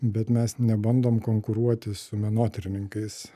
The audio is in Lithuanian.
bet mes nebandom konkuruoti su menotyrininkais